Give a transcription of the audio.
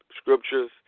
scriptures